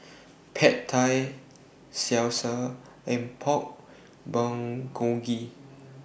Pad Thai Salsa and Pork Bulgogi